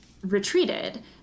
retreated